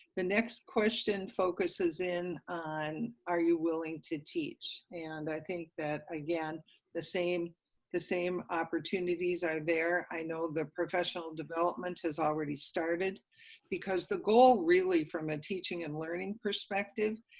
the next question focuses in on, are you willing to teach, and i think that again the same the same opportunities are there. i know the professional development has already started because the goal really from the ah teaching and learning perspective,